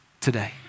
today